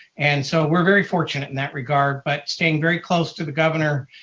and so we're very fortunate in that regard, but staying very close to the governor.